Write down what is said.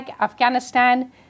Afghanistan